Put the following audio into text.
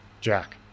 Jack